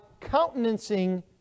countenancing